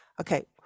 okay